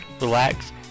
relax